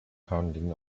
counting